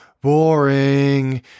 boring